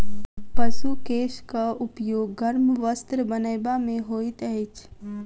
पशु केशक उपयोग गर्म वस्त्र बनयबा मे होइत अछि